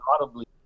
audibly